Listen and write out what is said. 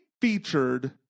featured